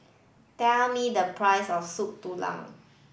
tell me the price of Soup Tulang